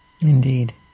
Indeed